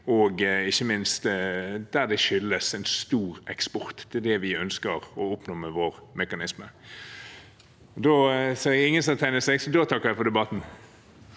der det skyldes stor eksport. Det er det vi ønsker å oppnå med vår mekanisme. Jeg ser at ingen har tegnet seg, så da takker jeg for debatten.